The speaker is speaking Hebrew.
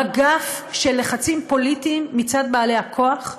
מגף של לחצים פוליטיים מצד בעלי הכוח,